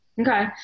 Okay